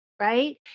Right